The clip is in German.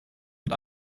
und